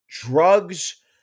Drugs